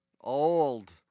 old